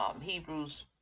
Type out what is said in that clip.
Hebrews